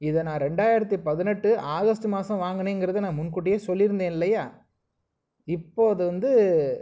இதை நான் ரெண்டாயிரத்தி பதினெட்டு ஆகஸ்ட் மாசம் வாங்கினேங்கிறது நான் முன் கூட்டியே சொல்லியிருந்தேன் இல்லையா இப்போது அது வந்து